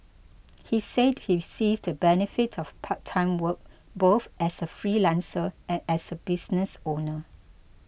he said he sees the benefit of part time work both as a freelancer and as a business owner